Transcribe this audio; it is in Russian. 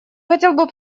хотел